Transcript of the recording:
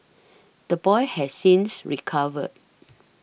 the boy has since recovered